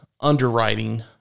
underwriting